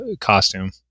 costume